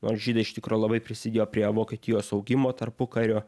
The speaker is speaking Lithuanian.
nors žydai iš tikro labai prisidėjo prie vokietijos augimo tarpukariu